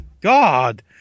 God